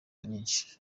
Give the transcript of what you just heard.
nyinshi